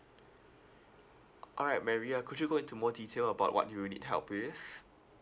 alright mary uh could you go into more detail about what you'll need help with